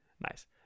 Nice